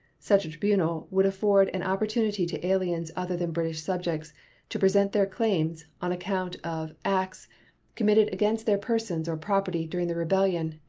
such a tribunal would afford an opportunity to aliens other than british subjects to present their claims on account of acts committed against their persons or property during the rebellion,